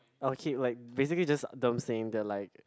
I'll keep like basically just them saying that like